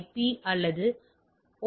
B அல்லது ஓ